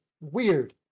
weird